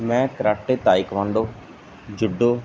ਮੈਂ karate taekwondo judo